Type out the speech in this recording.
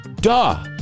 duh